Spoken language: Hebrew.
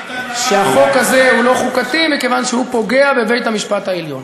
החוק הזה הוא לא חוקתי מכיוון שהוא פוגע בבית-המשפט העליון.